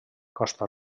costa